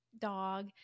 dog